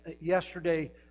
Yesterday